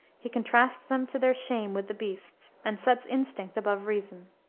he contrasts them to their shame with the beasts, and sets instinct above reason.